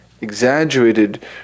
exaggerated